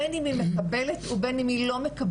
בין אם היא מקבלת ובין אם היא לא מקבלת.